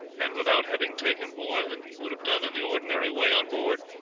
and without having taken more than he would have done in the ordinary way on board.